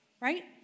right